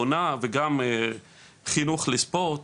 בונה וגם חינוך לספורט